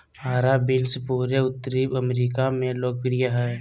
हरा बीन्स पूरे उत्तरी अमेरिका में लोकप्रिय हइ